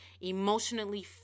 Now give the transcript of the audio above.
emotionally